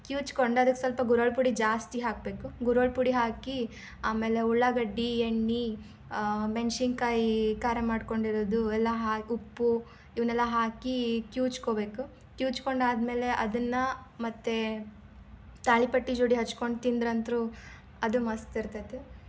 ಕ್ಯೂಚ್ಕೊಂಡು ಅದಕ್ಕೆ ಸ್ವಲ್ಪ ಗುರೋಳ್ಳು ಪುಡಿ ಜಾಸ್ತಿ ಹಾಕ್ಬೇಕು ಗುರೋಳ್ಳು ಪುಡಿ ಹಾಕಿ ಆಮೇಲೆ ಉಳ್ಳಾಗಡ್ಡಿ ಎಣ್ಣೆ ಮೆಣ್ಸಿನ್ಕಾಯಿ ಖಾರ ಮಾಡಿಕೊಂಡಿರೋದು ಎಲ್ಲ ಹಾ ಉಪ್ಪು ಇವನ್ನೆಲ್ಲ ಹಾಕಿ ಕ್ಯೂಚ್ಕೊಬೇಕು ಕ್ಯೂಚ್ಕೊಂಡು ಆದಮೇಲೆ ಅದನ್ನು ಮತ್ತು ತಾಳಿಪಟ್ಟು ಜೋಡಿ ಹಚ್ಕೊಂಡು ತಿಂದ್ರಂತೂ ಅದು ಮಸ್ತ್ ಇರ್ತೈತೆ